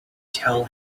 tell